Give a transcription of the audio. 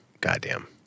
goddamn